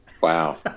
Wow